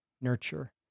Nurture